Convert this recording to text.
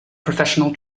professional